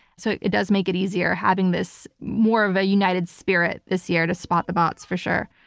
so it does make it easier having this more of a united spirit this year to spot the bots for sure.